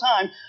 time